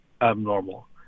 abnormal